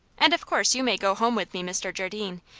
and of course you may go home with me, mr. jardine,